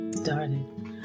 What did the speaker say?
Started